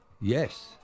Yes